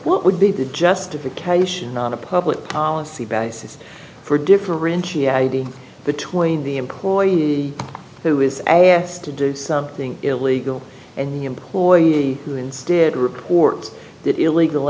what would be the justification not a public policy basis for differentiating between the employee who is asked to do something illegal and the employee who instead reports that illegal